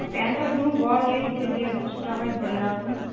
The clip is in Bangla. এই প্যান্টটা ধরুন গড় ওই দেড় দুশো টাকাই ধরে রাখুন